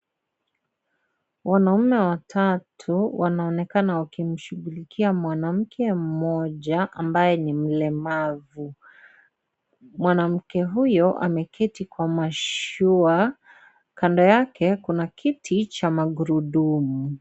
Wanaume watatu wanaonekana wakimshughulikia mwanamke mmoja ambaye ni mlemavu. Mwanamke huyo ameketi kwa mashua kando yake kuna kiti cha magurudumu.